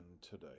today